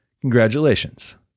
congratulations